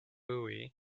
hooey